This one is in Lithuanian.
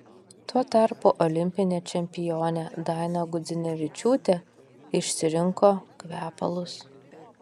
tuo tarpu olimpinė čempionė daina gudzinevičiūtė išsirinko kvepalus